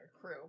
crew